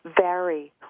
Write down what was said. vary